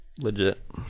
Legit